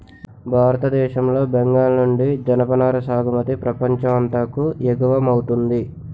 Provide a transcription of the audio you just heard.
భారతదేశం లో బెంగాల్ నుండి జనపనార సాగుమతి ప్రపంచం అంతాకు ఎగువమౌతుంది